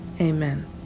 Amen